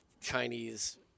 Chinese